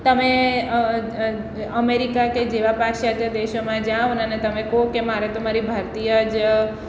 તમે અમેરિકા કે જેવા પાશ્ચાત્ય દેશોમાં જાઓ અને તમે કહો કે મારે તો મારી ભારતીય જ